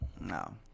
No